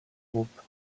groupes